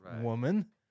woman